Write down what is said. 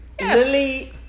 Lily